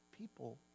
People